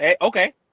okay